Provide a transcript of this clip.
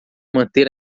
manter